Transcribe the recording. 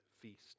feast